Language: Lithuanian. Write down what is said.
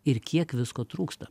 ir kiek visko trūksta